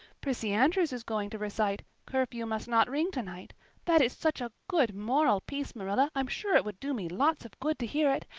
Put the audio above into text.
prissy andrews is going to recite curfew must not ring tonight that is such a good moral piece, marilla, i'm sure it would do me lots of good to hear it.